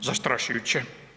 Zastrašujuće.